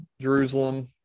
Jerusalem